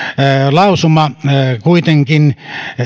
lausuma kuitenkin